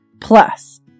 plus